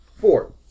Four